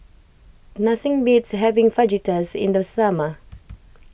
nothing beats having Fajitas in the summer